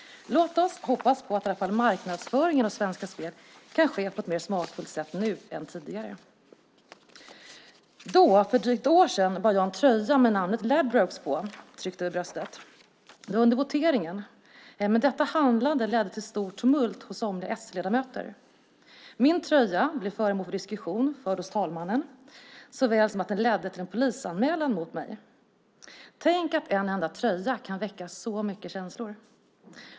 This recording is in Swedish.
Låt oss hoppas på att i alla fall marknadsföringen av Svenska Spel kan ske på ett mer smakfullt sätt nu än tidigare. Då, för drygt ett år sedan, bar jag en tröja med namnet Ladbrokes tryckt över bröstet. Det var under voteringen. Men detta handlande ledde till stort tumult hos somliga s-ledamöter. Min tröja blev föremål för diskussion, förd hos talmannen, såväl som anledningen till en polisanmälan mot mig. Tänk att en tröja kan väcka så starka känslor!